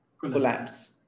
collapse